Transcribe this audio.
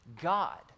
God